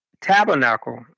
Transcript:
tabernacle